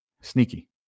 sneaky